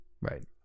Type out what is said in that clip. right